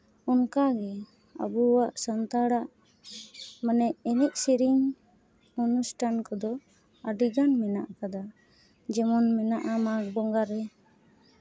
ᱚᱱᱠᱟᱜᱮ ᱟᱵᱚᱣᱟᱜ ᱥᱟᱱᱛᱟᱲᱟᱜ ᱢᱟᱱᱮ ᱮᱱᱮᱡ ᱥᱮᱨᱮᱧ ᱚᱱᱩᱥᱴᱷᱟᱱ ᱠᱚᱫᱚ ᱟᱹᱰᱤᱜᱟᱱ ᱢᱮᱱᱟᱜ ᱠᱟᱫᱟ ᱡᱮᱢᱚᱱ ᱢᱮᱱᱟᱜᱼᱟ ᱢᱟᱜᱽ ᱵᱚᱸᱜᱟᱨᱮ